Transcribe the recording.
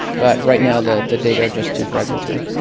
but right now the the data are just too fragmentary.